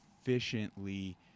efficiently